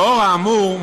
לאור האמור,